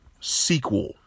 sequel